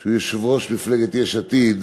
שהוא יושב-ראש מפלגת יש עתיד,